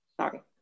Sorry